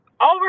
over